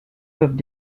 peuvent